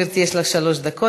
גברתי, יש לך שלוש דקות.